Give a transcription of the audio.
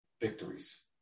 victories